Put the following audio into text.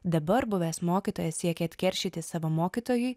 dabar buvęs mokytojas siekė atkeršyti savo mokytojui